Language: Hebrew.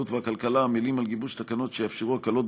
הבריאות והכלכלה עמלים על גיבוש תקנות שיאפשרו הקלות